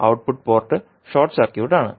output port short circuit ആണ്